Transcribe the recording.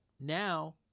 Now